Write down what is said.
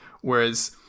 Whereas